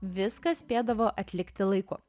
viską spėdavo atlikti laiku